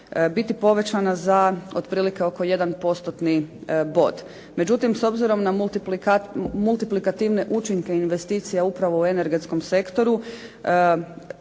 biti povećana za otprilike oko 1 postotni bod. Međutim, s obzirom na multiplikativne učinke investicija upravo u energetskom sektoru